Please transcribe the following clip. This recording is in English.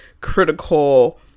critical